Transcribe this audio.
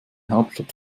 hauptstadt